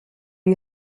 you